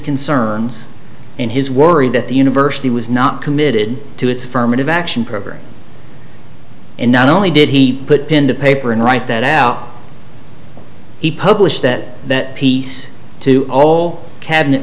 concerns and his worry that the university was not committed to its affirmative action program and not only did he put pen to paper and write that out he published that piece to all cabinet